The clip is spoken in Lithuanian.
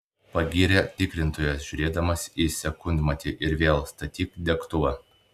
pagyrė tikrintojas žiūrėdamas į sekundmatį ir vėl statyk degtuvą